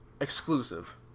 Exclusive